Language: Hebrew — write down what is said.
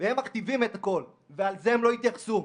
והם מכתיבים את הכול, ולזה הם לא התייחסו.